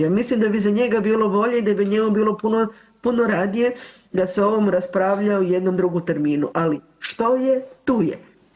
Ja mislim da bi za njega bilo bolje i da bi njemu bilo puno radije da se o ovome raspravlja u jednom drugom terminu, ali što je tu je.